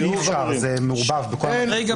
אני רוצה שבכל מתחם של ארבעה-חמישה